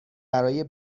برای